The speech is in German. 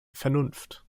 vernunft